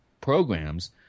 programs